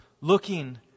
looking